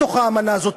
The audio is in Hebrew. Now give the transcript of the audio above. בתוך האמנה הזאת,